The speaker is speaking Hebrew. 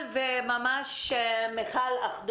מיכל חנוך